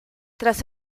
tras